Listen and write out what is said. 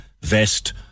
vest